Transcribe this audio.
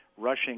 rushing